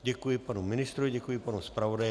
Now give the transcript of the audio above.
Děkuji panu ministrovi, děkuji panu zpravodaji.